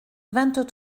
vingt